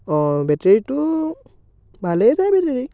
অ' বেটেৰীটো ভালেই য়ায় বেটেৰী